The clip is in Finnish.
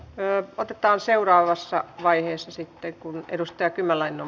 myö otetaan seuraavassa vaiheessa sitten kun edustaja kymäläinen